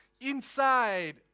Inside